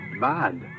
bad